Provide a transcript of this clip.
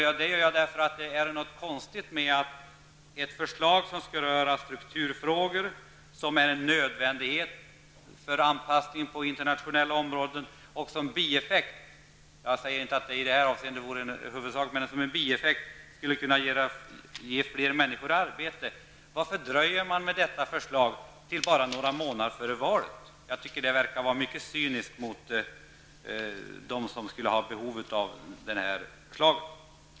Jag gjorde det därför att det är något konstigt med att ett förslag, som gäller strukturfrågor, som är en nödvändighet för anpassningen på internationella områden och såsom bieffekt -- jag skall inte säga att det i det här avseendet är ett huvudsyfte -- skulle ge fler människor arbete, har dröjt till bara några månader före valet. Jag tycker att det är cyniskt mot dem som skulle ha nytta av förslagets genomförande.